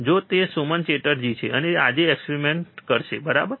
તો તે સુમન ચેટર્જી છે અને તે આજે એક્સપેરિમેન્ટસ કરશે બરાબર